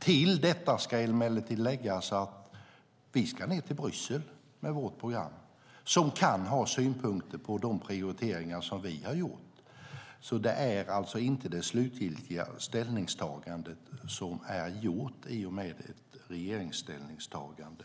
Till detta ska emellertid läggas att vi ska ned till Bryssel med vårt program, och där kan man ha synpunkter på de prioriteringar vi har gjort. Det slutgiltiga ställningstagandet är ännu inte gjort i och med att regeringen har gjort ett ställningstagande.